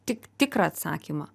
tik tikrą atsakymą